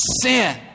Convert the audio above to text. sin